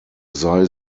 sei